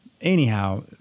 Anyhow